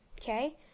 Okay